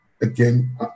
again